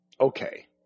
Okay